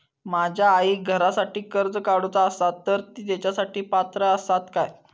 माझ्या आईक घरासाठी कर्ज काढूचा असा तर ती तेच्यासाठी पात्र असात काय?